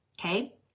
okay